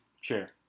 Sure